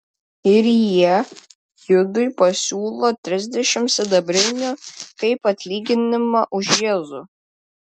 ir jie judui pasiūlo trisdešimt sidabrinių kaip atlyginimą už jėzų